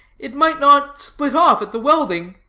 it might not split off at the welding,